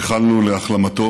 ייחלנו להחלמתו.